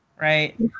Right